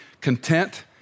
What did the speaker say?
content